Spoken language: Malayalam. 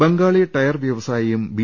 ബംഗാളി ടയർ വൃവസായിയും ബി